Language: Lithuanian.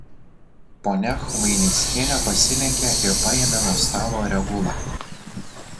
ponia chvainickienė pasilenkė ir paėmė nuo stalo regulą